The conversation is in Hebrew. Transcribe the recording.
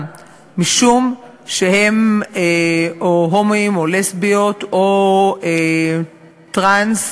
משום שהם או הומואים או לסביות או טרנס,